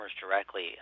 directly